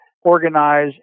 organize